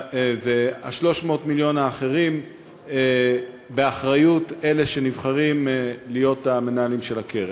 ו-300 המיליון האחרים הם באחריות אלה שנבחרים להיות המנהלים של הקרן.